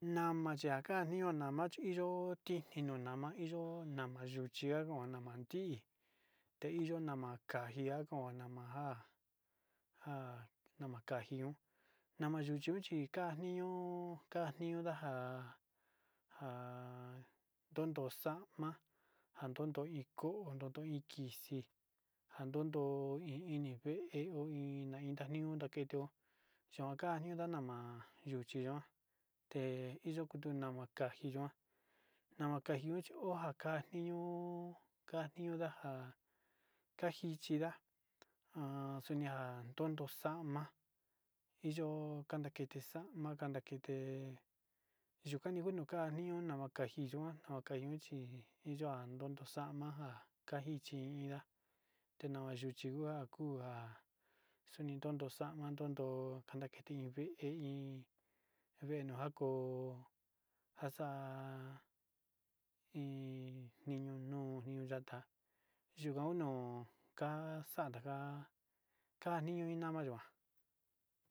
Nama yakan iho mana chi ho ti ninoma hi yo'ó nama yuchia nama tii teijio nama kajia kon ha nama nja nja nama ka'a jión nama yuchi ka'a niño ka'a niño ndaja ka'a ndondo xa'ama njandondo iko ndondo hi kixi njando i iin ini vée ho iin ndaiho naketo xhuan kio na nama yuu chia teyu yuku nama kaniyoa nama kanjioa chio kuan njanio njanio ndaka kanjichi nda'a ha xinda totondio xa'ama iyo ka nakete xa'ama ka akete yukani kuu nuu ka'a nión nama anjinua namaka yuan chi iyo njan ndoxama nga ka'a njichi inda ten yuchi uha kuu kua xoni ndondo xa'ama ndondo kanakete vée iin, vée nonjako axa'a iin niño nuu niño yata'a yuka uno ka'a xanta ka'a ka niño iin yama yu'a.